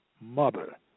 mother